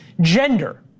gender